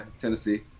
Tennessee